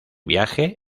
viaje